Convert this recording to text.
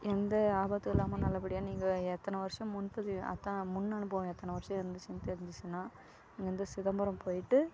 எந்த ஆபத்தும் இல்லாம நல்லபடியாக நீங்கள் எத்தனை வருஷம் முன்பதிவு அதான் முன் அனுபவம் எத்தனை வருஷம் இருந்துச்சுன்னு தெரிஞ்சிச்சின்னா இங்கேருந்து சிதம்பரம் போயிவிட்டு